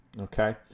okay